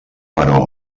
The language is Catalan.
però